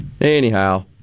Anyhow